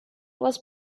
was